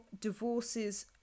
divorces